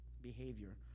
behavior